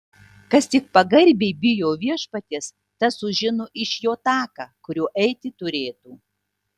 kas tik pagarbiai bijo viešpaties tas sužino iš jo taką kuriuo eiti turėtų